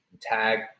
tag